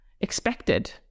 expected